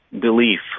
belief